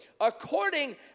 according